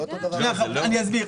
שנייה, אני אסביר.